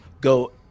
go